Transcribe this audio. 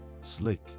slick